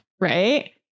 right